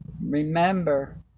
Remember